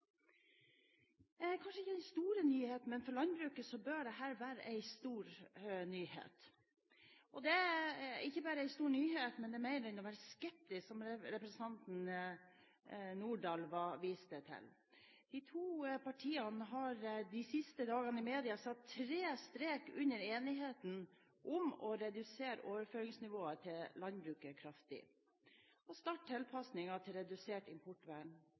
lag. Kanskje ikke den store nyheten, men for landbruket bør det være det, og ikke bare en stor nyhet, men det bør mer gjøre en skeptisk, som representanten Lange Nordahl viste til. De to partiene har de siste dagene i media satt tre streker under enigheten om å redusere overføringsnivået til landbruket kraftig og starte tilpassing til redusert importvern